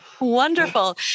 wonderful